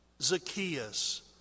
Zacchaeus